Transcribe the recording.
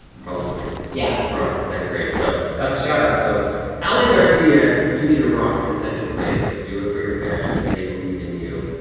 probably. yeah. rock the second grade. so, that's a shout-out. so ally garcia, you need to rock the second grade. do it for your parents, they believe in you,